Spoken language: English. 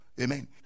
Amen